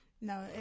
no